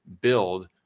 build